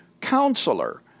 counselor